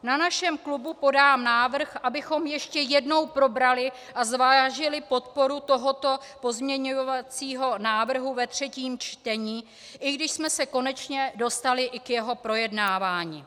Na našem klubu podám návrh, abychom ještě jednou probrali a zvážili podporu tohoto pozměňovacího návrhu ve třetím čtení, i když jsme se konečně dostali i k jeho projednávání.